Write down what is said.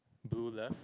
blue left